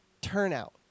turnout